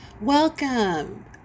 welcome